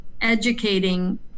educating